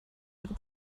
ihre